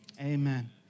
amen